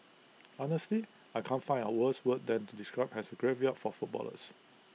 honesty I can't find A worse word than to describe as A graveyard for footballers